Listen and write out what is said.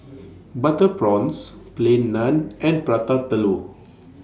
Butter Prawns Plain Naan and Prata Telur